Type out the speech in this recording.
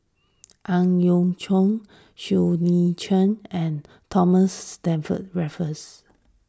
Ang Yau Choon Siow Lee Chin and Thomas Stamford Raffles